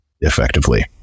effectively